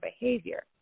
behavior